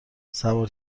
سوار